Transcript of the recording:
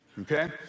Okay